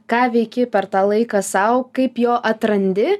ką veiki per tą laiką sau kaip jo atrandi